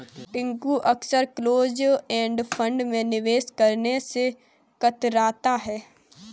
टिंकू अक्सर close end fund में निवेश करने से कतराता है